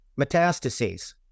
metastases